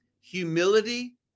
humility